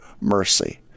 mercy